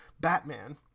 Batman